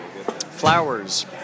flowers